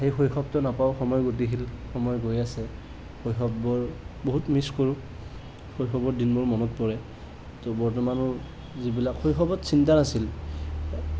সেই শৈশৱটো নাপাওঁ সময় গতিশীল সময় গৈ আছে শৈশৱবোৰ বহুত মিছ কৰো শৈশৱৰ দিনবোৰ মনত পৰে বৰ্তমানো যিবিলাক শৈশৱত চিন্তা নাছিল